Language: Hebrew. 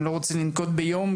אני לא רוצה לנקוב ביום,